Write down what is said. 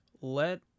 Let